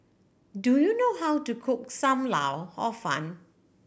do you know how to cook Sam Lau Hor Fun